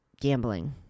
gambling